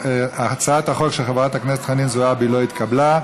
הצעת החוק של חברת הכנסת זועבי לא התקבלה.